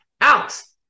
Alex